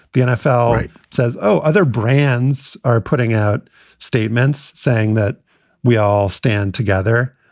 the nfl says, oh, other brands are putting out statements saying that we all stand together.